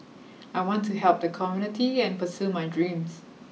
I want to help the community and pursue my dreams